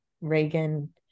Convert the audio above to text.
Reagan